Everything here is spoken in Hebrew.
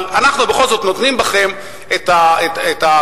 אבל אנחנו בכל זאת נותנים לכם את התחושה